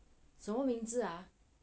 什么名字啊